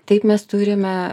taip mes turime